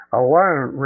alone